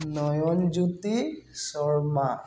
Nayanjyoti Sharma